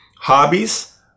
hobbies